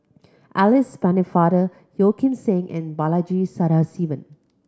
Alice Pennefather Yeo Kim Seng and Balaji Sadasivan